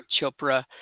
Chopra